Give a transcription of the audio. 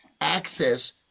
access